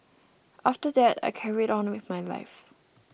after that I carried on with my life